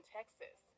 Texas